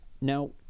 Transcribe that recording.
Now